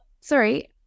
sorry